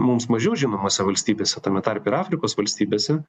mums mažiau žinomose valstybėse tame tarpe ir afrikos valstybėse